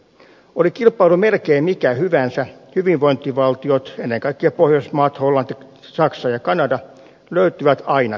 oli kilpailu melkein mikä hyvänsä hyvinvointivaltiot ennen kaikkea pohjoismaat hollanti saksa ja kanada löytyvät aina kärjestä